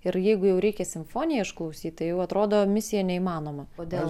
ir jeigu jau reikia simfoniją išklausyt tai jau atrodo misija neįmanoma kodėl